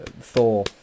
Thor